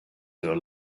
your